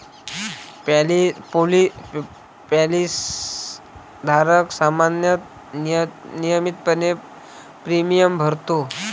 policy धारक सामान्यतः नियमितपणे प्रीमियम भरतो